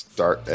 Start